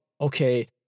Okay